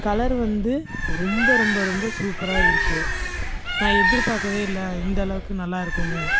colour வந்து ரொம்ப ரொம்ப ரொம்ப சூப்பராக இருக்குது நான் எதிர்பார்க்கவே இல்லை இந்தளவுக்கு நல்லாயிருக்குன்னு